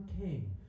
king